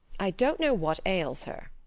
i don't know what ails her.